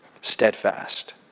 steadfast